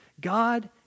God